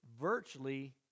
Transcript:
virtually